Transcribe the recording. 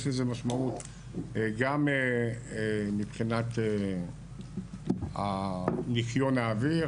יש לזה משמעות גם מבחינת ניקיון האוויר,